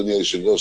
אדוני היושב-ראש,